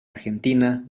argentina